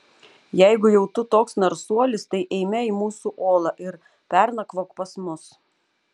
jeigu jau tu toks narsuolis tai eime į mūsų olą ir pernakvok pas mus